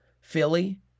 Philly